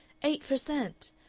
eight per cent!